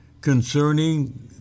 concerning